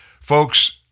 Folks